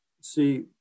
see